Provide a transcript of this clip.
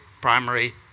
primary